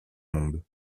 monde